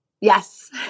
Yes